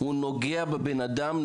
הוא נוגע בבן אדם,